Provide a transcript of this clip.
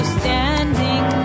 standing